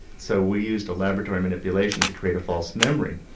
so we used a laboratory manipulation to create a false memory.